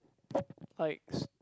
like